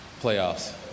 playoffs